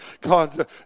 God